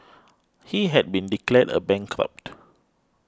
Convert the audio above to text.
he had been declared a bankrupt